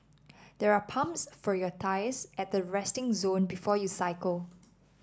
there are pumps for your tyres at the resting zone before you cycle